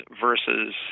versus